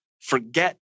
forget